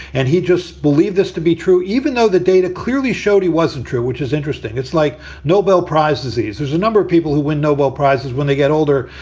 and he just believe this to be true, even though the data clearly showed he wasn't true, which is interesting. it's like nobel prize disease. there's a number of people who win nobel prizes when they get older,